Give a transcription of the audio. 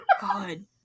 God